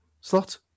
slot